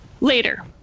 later